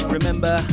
remember